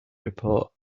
report